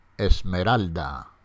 Esmeralda